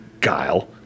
Guile